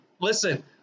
Listen